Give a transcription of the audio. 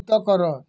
ତ କର